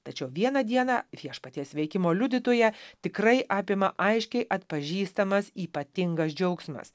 tačiau vieną dieną viešpaties veikimo liudytoją tikrai apima aiškiai atpažįstamas ypatingas džiaugsmas